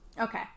Okay